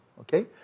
okay